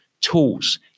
tools